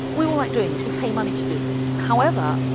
we all like doing this, we pay money to do this. however,